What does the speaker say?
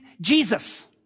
Jesus